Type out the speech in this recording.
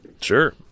Sure